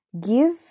give